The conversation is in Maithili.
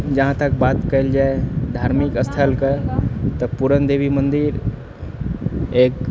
जहाँ तक बात कएल जाइ धार्मिक स्थलके तऽ पूरण देवी मन्दिर एक